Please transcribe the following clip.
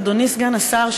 אדוני סגן השר,